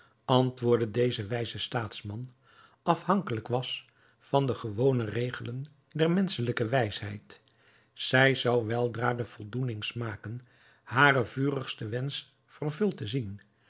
antwoordde deze wijze staatsman afhankelijk was van de gewone regelen der menschelijke wijsheid zij zou weldra de voldoening smaken haren vurigsten wensch vervuld te zien